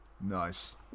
Nice